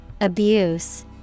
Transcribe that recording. Abuse